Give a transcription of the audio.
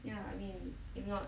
ya I mean if not